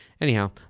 anyhow